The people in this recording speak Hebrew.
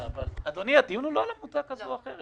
אבל אדוני, הדיון הוא לא על עמותה כזו או אחרת.